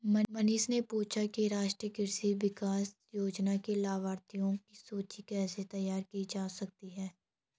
मनीष ने पूछा कि राष्ट्रीय कृषि विकास योजना के लाभाथियों की सूची कैसे तैयार की जा सकती है